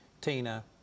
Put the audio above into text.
Tina